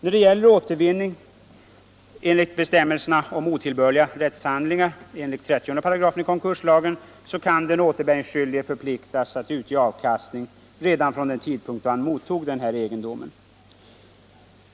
När det gäller återvinningsbestämmelserna om otillbörliga rättshandlingar i 30 § i konkurslagen kan den återbäringsskyldige förpliktigas att utge avkastning redan från den tidpunkt då han mottog egendomen.